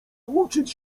uczyć